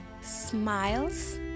smiles